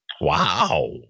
Wow